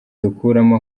dukuramo